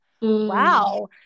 wow